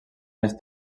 més